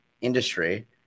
industry